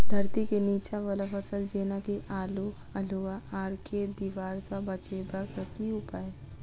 धरती केँ नीचा वला फसल जेना की आलु, अल्हुआ आर केँ दीवार सऽ बचेबाक की उपाय?